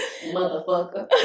motherfucker